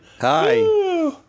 Hi